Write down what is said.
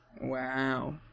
Wow